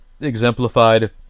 exemplified